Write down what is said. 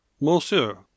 Monsieur